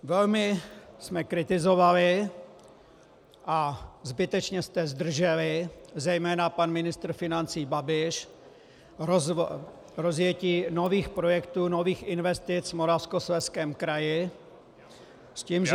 Velmi jsme kritizovali a zbytečně jste zdrželi, zejména pan ministr financí Babiš, rozjetí nových projektů, nových investic v Moravskoslezském kraji, s tím, že